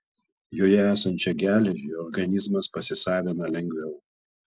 joje esančią geležį organizmas pasisavina lengviau